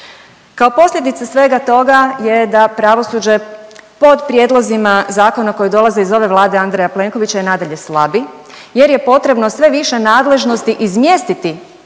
Kao posljedica svega toga je da pravosuđe pod prijedlozima zakona koji dolaze iz ove Vlade Andreja Plenkovića i nadalje slabi jer je potrebno sve više nadležnosti izmijestiti